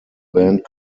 band